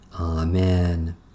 Amen